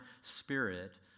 spirit